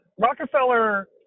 Rockefeller